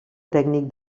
tècnic